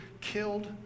killed